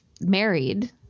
married